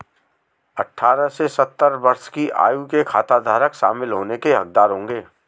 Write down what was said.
अठारह से सत्तर वर्ष की आयु के खाताधारक शामिल होने के हकदार होंगे